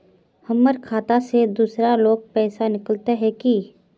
हमर खाता से दूसरा लोग पैसा निकलते है की?